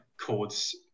chords